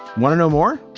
want to know more.